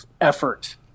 effort